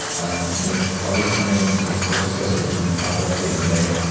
ah you know obviously, no one has been successful keeping the paparazzi at bay.